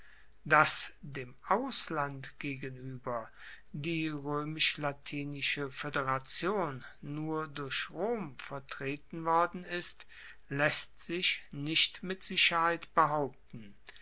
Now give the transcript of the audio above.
dass dem ausland gegenueber die roemisch latinische foederation nur durch rom vertreten worden ist laesst sich nicht mit sicherheit behaupten